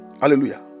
Hallelujah